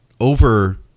over